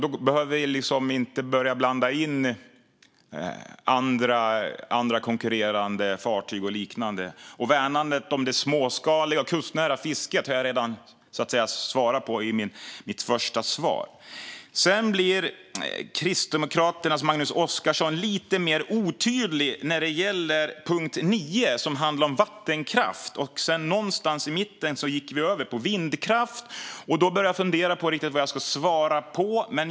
Då behöver vi inte börja blanda in andra konkurrerande fartyg och liknande. Värnandet om det småskaliga kustnära fisket har jag redan tagit upp i mitt första svar. Sedan blir Kristdemokraternas Magnus Oscarsson lite mer otydlig när det gäller punkt 9, som handlar om vattenkraft. Någonstans i mitten gick vi över på vindkraft, och då började jag fundera på vad jag skulle svara på.